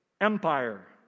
empire